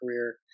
career